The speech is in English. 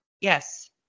Yes